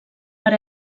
per